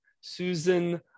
susan